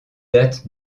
date